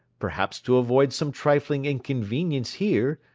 perhaps to avoid some trifling inconvenience here,